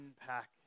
unpack